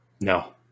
No